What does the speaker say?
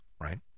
right